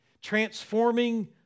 transforming